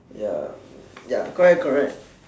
ya ya correct correct